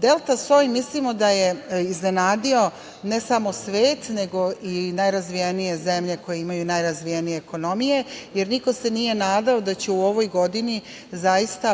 delta soj iznenadio, ne samo svet, nego i najrazvijenije zemlje koje imaju najrazvijenije ekonomije, jer se niko nije nadao da će u ovoj godini